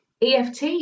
EFT